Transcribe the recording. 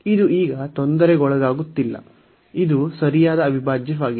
ಇದು ಈಗ ತೊಂದರೆಗೊಳಗಾಗುತ್ತಿಲ್ಲ ಇದು ಸರಿಯಾದ ಅವಿಭಾಜ್ಯವಾಗಿದೆ